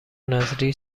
نذری